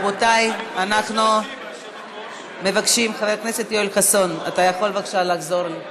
רבותיי, חבר הכנסת יואל חסון, אתה יכול לחזור.